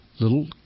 little